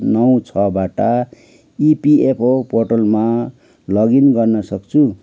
नौ छबाट E P F O पोर्टलमा लगइन गर्न सक्छु